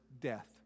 death